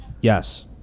Yes